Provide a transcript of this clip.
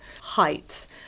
heights